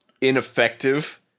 ineffective